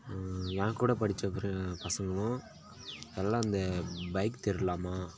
என்கூட படித்த ஒரு பசங்களும் நல்லா இந்த பைக் திருடலாமா